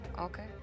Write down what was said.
Okay